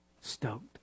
Stoked